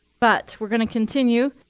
but we're going to continue?